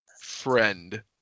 friend